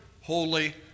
holy